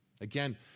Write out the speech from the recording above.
Again